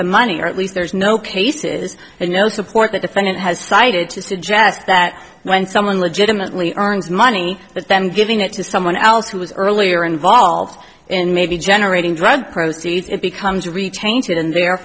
the money or at least there's no cases and no support the defendant has cited to suggest that when someone legitimately earns money that's them giving it to someone else who was earlier involved in maybe generating drug proceeds it becomes rechange in there